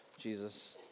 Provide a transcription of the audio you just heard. Jesus